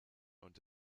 und